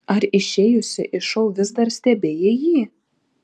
ar išėjusi iš šou vis dar stebėjai jį